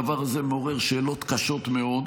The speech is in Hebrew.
הדבר הזה מעורר שאלות קשות מאוד.